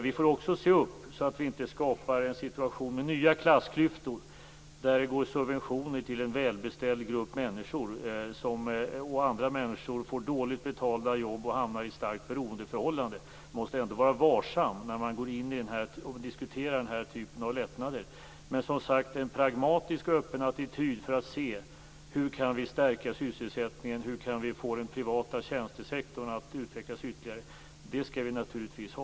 Vi får se upp så att vi inte skapar en situation med nya klassklyftor, där det går subventioner till en välbeställd grupp människor och andra människor får dåligt betalda jobb och hamnar i ett starkt beroendeförhållande. Man måste ändå vara varsam när man går in i och diskuterar den här typen av lättnader. Som sagt: En pragmatisk och öppen attityd för att se hur vi kan stärka sysselsättningen och få den privata tjänstesektorn att utvecklas ytterligare skall vi naturligtvis ha.